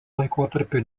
laikotarpiu